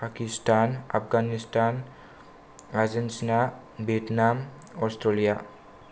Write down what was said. Pakistan Afghanistan Argentina Vietnam Australia